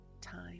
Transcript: time